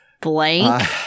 Blank